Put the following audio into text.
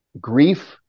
grief